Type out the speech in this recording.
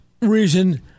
reason